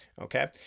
Okay